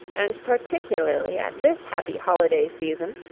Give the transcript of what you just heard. and particularly at this happy holiday-season,